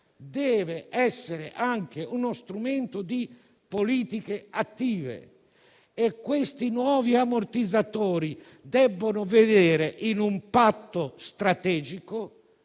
deve essere anche uno strumento di politiche attive. Questi nuovi ammortizzatori debbono essere inseriti in un patto strategico